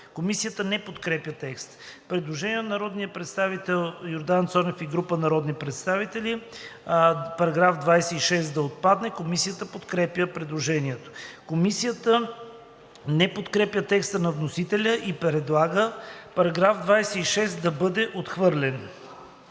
Комисията не подкрепя предложението. Предложение на народния представител Йордан Цонев и група народни представители § 26 да отпадне. Комисията подкрепя предложението. Комисията не подкрепя текста на вносителя и предлага § 26 да бъде отхвърлен.